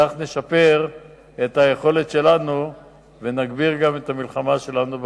כך נשפר את היכולת שלנו ונגביר גם את המלחמה שלנו בעבריינות.